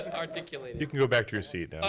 articulated. you can go back to your seat